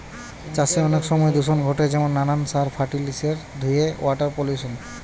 চাষে অনেক সময় দূষণ ঘটে যেমন নানান সার, ফার্টিলিসের ধুয়ে ওয়াটার পলিউশন